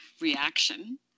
reaction